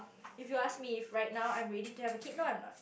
if you ask me if right now I'm ready to have a kid no I'm not